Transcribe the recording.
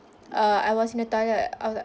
uh I was in a toilet I was